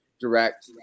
direct